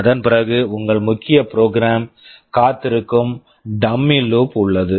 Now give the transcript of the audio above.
அதன் பிறகு உங்கள் முக்கிய ப்ரோக்ராம் program காத்திருக்கும் டம்மி லூப் dummy loop உள்ளது